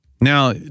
Now